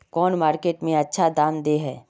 कौन मार्केट में अच्छा दाम दे है?